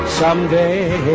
someday